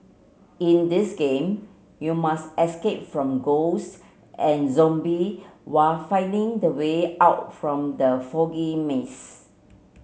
in this game you must escape from ghosts and zombie while finding the way out from the foggy maze